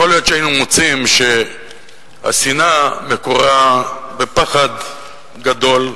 יכול להיות שהיינו מוצאים שהשנאה מקורה בפחד גדול,